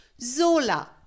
Zola